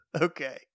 Okay